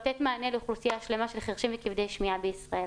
לתת מענה לאוכלוסייה שלמה של חירשים וכבדי שמיעה בישראל.